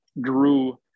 grew